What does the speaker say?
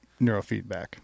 neurofeedback